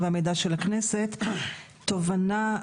טובה,